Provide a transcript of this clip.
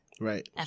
Right